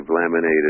laminated